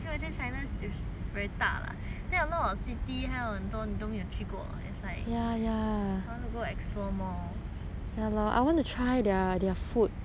then a lot of city 还有很多你都没有去过 it's like I want to go explore more oh